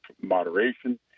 moderation